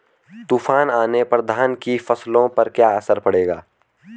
तूफान आने पर धान की फसलों पर क्या असर पड़ेगा?